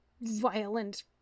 violent